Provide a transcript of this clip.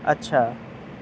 اچھا